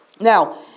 Now